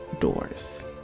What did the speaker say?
doors